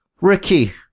Ricky